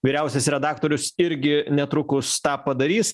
vyriausias redaktorius irgi netrukus tą padarys